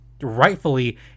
rightfully